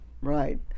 Right